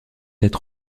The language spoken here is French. être